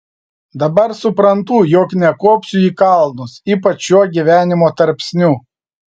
dabar suprantu jog nekopsiu į kalnus ypač šiuo gyvenimo tarpsniu